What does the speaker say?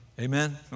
Amen